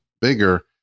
bigger